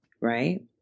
right